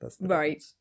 Right